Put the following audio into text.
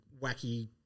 wacky